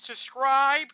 subscribe